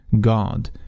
God